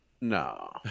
No